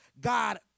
God